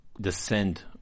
descend